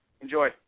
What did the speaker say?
Enjoy